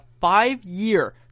five-year